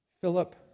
Philip